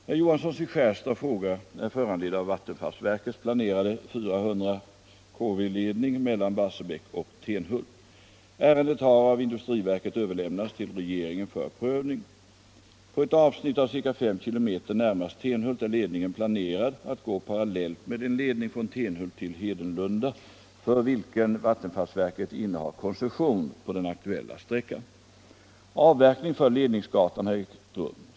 Herr Johanssons i Skärstad fråga är föranledd av vattenfallsverkets planerade 400-kW-ledning mellan Barsebäck och Tenhult. Ärendet har av industriverket överlämnats till regeringen för prövning. På ett avsnitt av ca 5 km närmast Tenhult är ledningen planerad att gå parallellt med en ledning från Tenhult till Hedenlunda, för vilken vattenfallsverket innehar koncession på den aktuella sträckan. Avverkning för ledningsgatan har ägt rum.